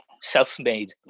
self-made